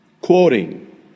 Quoting